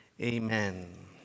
Amen